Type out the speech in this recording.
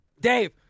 Dave